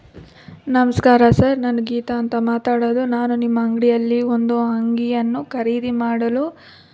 ನಮಸ್ಕಾರ ಸರ್ ನಾನು ಗೀತಾ ಅಂತ ಮಾತಾಡೋದು ನಾನು ನಿಮ್ಮ ಅಂಗಡಿಯಲ್ಲಿ ಒಂದು ಅಂಗಿಯನ್ನು ಖರೀದಿ ಮಾಡಲು